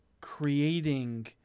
creating